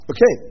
Okay